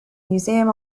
museum